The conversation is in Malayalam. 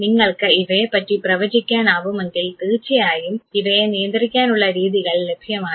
നിങ്ങൾക്ക് ഇവയെ പറ്റി പ്രവചിക്കാൻ ആവുമെങ്കിൽ തീർച്ചയായും ഇവയെ നിയന്ത്രിക്കാനുള്ള രീതികൾ ലഭ്യമാണ്